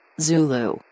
Zulu